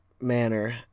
manner